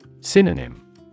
Synonym